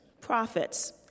profits